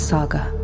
Saga